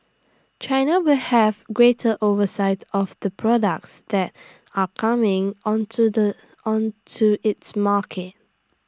China will have greater oversight of the products that are coming onto the onto its market